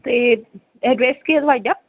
ਅਤੇ ਐਡਰੈਸ ਕੀ ਹੈ ਤੁਹਾਡਾ